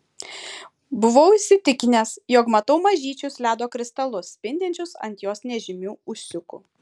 buvau įsitikinęs jog matau mažyčius ledo kristalus spindinčius ant jos nežymių ūsiukų